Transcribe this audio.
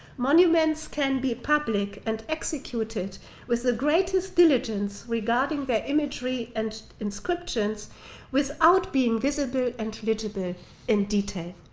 monuments can be public and executed with the greatest diligence regarding their imagery and inscriptions without being visible and legible in detail.